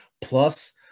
plus